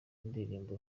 ndirimbo